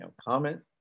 comment